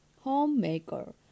Homemaker